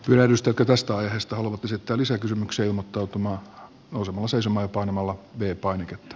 pyöräilystä tutuista aiheista ollut esittää lisäkysymyksiä ilmoittautumalla ormo seisomme arvoisa puhemies